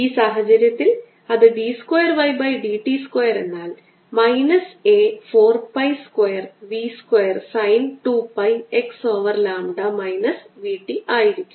ഈ സാഹചര്യത്തിൽ അത് d square y by d t square എന്നാൽ minus A 4 pi square v square sine 2 pi x over lambda minus v t ആയിരിക്കും